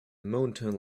mountain